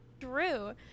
true